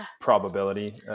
probability